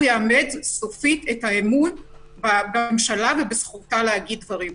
יאבד סופית את האמון בממשלה ובזכותה להגיד דברים.